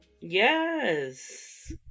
Yes